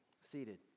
seated